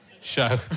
show